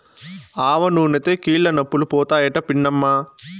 ఆవనూనెతో కీళ్లనొప్పులు పోతాయట పిన్నమ్మా